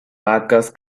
vacas